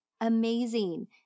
amazing